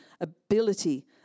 ability